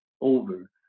over